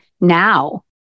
now